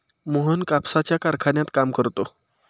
मोहन कापसाच्या कारखान्यात काम करतो